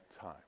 time